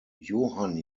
johann